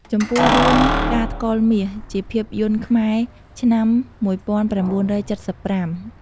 ចំពោះ រឿងផ្កាថ្កុលមាស ជាភាពយន្តខ្មែរឆ្នាំ១៩៧៥។